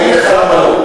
אני אגיד לך למה לא.